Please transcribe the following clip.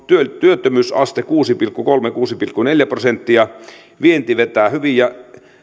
työttömyysaste on kuusi pilkku kolme viiva kuusi pilkku neljä prosenttia vienti vetää hyvin ja